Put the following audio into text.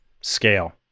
scale